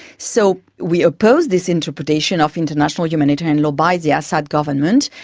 so we oppose this interpretation of international humanitarian law by the assad government.